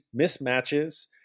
mismatches